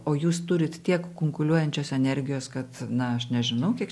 o jūs turit tiek kunkuliuojančios energijos kad na aš nežinau kiek